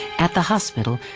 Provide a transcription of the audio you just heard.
at the hospital,